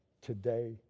today